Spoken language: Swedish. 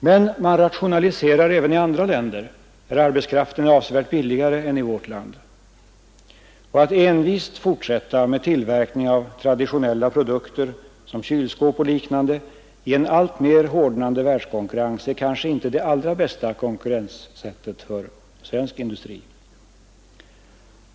Men man rationaliserar även i andra länder, där arbetskraften är avsevärt billigare än i vårt land, och att envist fortsätta med tillverkning av traditionella produkter som kylskåp och liknande i en alltmer hårdnande världskonkurrens är kanske inte det allra bästa konkurrenssättet för svensk industri.